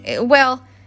Well